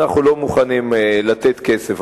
אנחנו לא מוכנים לתת כסף,